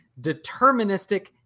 deterministic